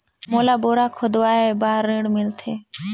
मोला बोरा खोदवाय बार ऋण मिलथे?